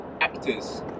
actors